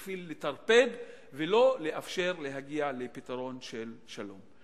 בשביל לטרפד ולא לאפשר להגיע לפתרון של שלום.